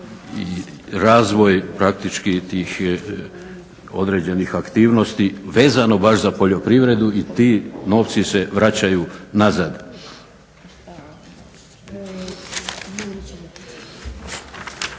i razvoj praktički tih određenih aktivnosti vezano baš za poljoprivredu i ti novci se vraćaju nazad.